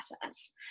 process